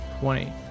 Twenty